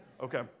Okay